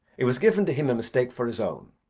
it was given to him in mistake for his own.